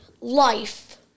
life